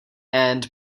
and